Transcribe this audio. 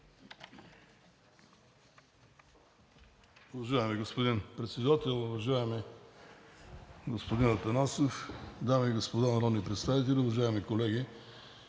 Уважаеми господин Председател, уважаеми господин Атанасов, дами и господа народни представители, уважаеми колеги!